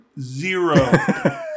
Zero